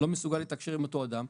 לא מסוגל לתקשר עם אותו אדם,